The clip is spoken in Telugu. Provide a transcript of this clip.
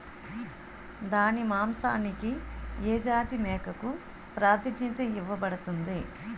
దాని మాంసానికి ఏ జాతి మేకకు ప్రాధాన్యత ఇవ్వబడుతుంది?